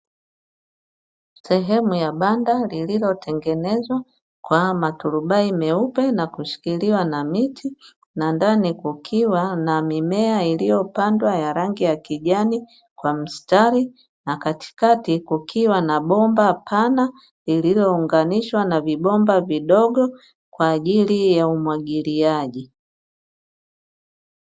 Sehemu ya banda lililotengenezwa kwa maturubai meupe, na kushikiliwa na miti na ndani kukiwa na mimea iliyopandwa ya rangi ya kijani, kwa mstari na katikati kukiwa na bomba pana, lililounganishwa na vibomba vidogo kwa ajili ya umwagiliaji.